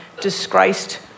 disgraced